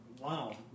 wow